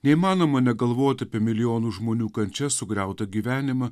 neįmanoma negalvoti apie milijonų žmonių kančias sugriautą gyvenimą